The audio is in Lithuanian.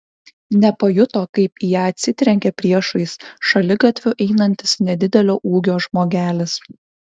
nepajuto kaip į ją atsitrenkė priešais šaligatviu einantis nedidelio ūgio žmogelis